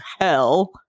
hell